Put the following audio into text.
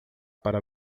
para